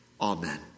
Amen